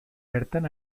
bertan